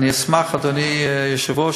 אדוני היושב-ראש,